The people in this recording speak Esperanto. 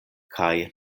kaj